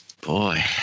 boy